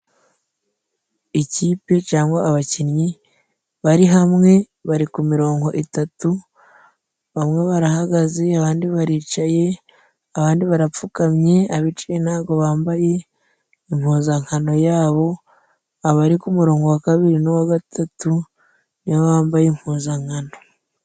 Ikipe cangwa abakinnyi bari hamwe bari ku mirongo itatu. Bamwe barahagaze, abandi baricaye,. abandi barapfukamye. Abicaye ntago bambaye impuzankano yabo, abari ku murongo wa kabiri n'uwa gatatu nibo bambaye impuzankano.